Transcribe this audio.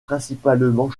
principalement